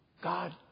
God